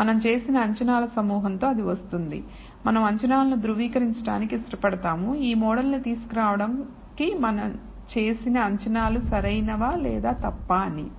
మనం చేసిన అంచనాల సమూహంతో అది వస్తుంది మనం అంచనాలను ధ్రువీకరించిటానికి ఇష్టపడతాము ఈ మోడల్ ను తీసుకురావడానికి మనం చేసిన అంచనాలు సరైనవా లేదా తప్పా అని